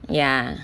ya